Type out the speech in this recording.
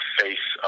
face